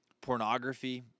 Pornography